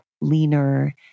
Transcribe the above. leaner